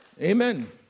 Amen